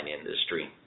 industry